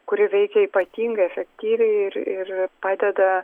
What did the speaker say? kuri veikia ypatingai efektyviai ir ir padeda